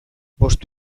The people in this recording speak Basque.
bost